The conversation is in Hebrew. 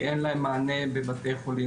כי אין להם מענה בבתי חולים,